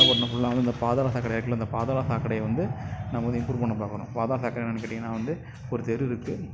நாகப்பட்டினம் ஃபுல்லா வந்து இந்த பாதாள சாக்கடை இருக்குதுல்ல அந்த பாதாள சாக்கடையை வந்து நம்ம வந்து இம்ப்ரூவ் பண்ண பார்க்கணும் பாதாள சாக்கடை வந்து கேட்டீங்கன்னா வந்து ஒரு தெருவில் இருக்குது